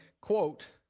quote